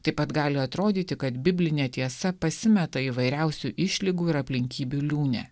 taip pat gali atrodyti kad biblinė tiesa pasimeta įvairiausių išlygų ir aplinkybių liūne